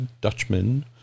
Dutchman